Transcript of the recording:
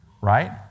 Right